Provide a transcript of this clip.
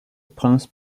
prince